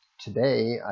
today